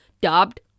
dubbed